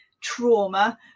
trauma